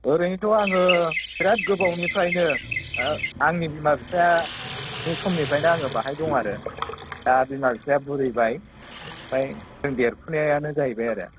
ओरैनोथ' आङो बिराद गोबावनिफ्रायनो आंनि बिमा बिफानि समनिफ्रायनो बेहाय दं आरो दा बिमा बिफाया बुरैबाय ओमफ्राय जों देरफुनायानो जाहैबाय आरो